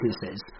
businesses